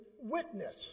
witness